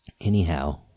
Anyhow